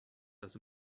does